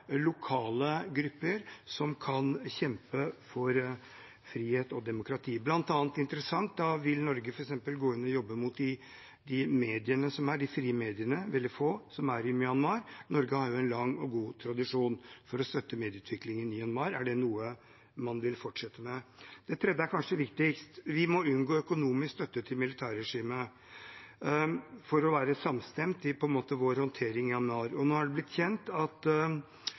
lokale grupper som kan kjempe for frihet og demokrati? Da vil det være interessant om Norge f.eks. vil gå inn og jobbe mot de veldig få frie mediene som er i Myanmar. Norge har jo en lang og god tradisjon for å støtte medieutviklingen i Myanmar. Er det noe man vil fortsette med? Det tredje er kanskje viktigst: Vi må unngå økonomisk støtte til militærregimet for å være samstemt i vår håndtering i Myanmar. Nå har det blitt kjent at